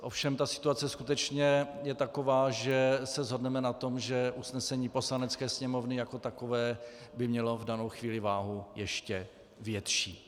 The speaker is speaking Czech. Ovšem situace je skutečně taková, že se shodneme na tom, že usnesení Poslanecké sněmovny jako takové by mělo v danou chvíli váhu ještě větší.